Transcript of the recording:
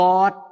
God